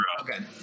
Okay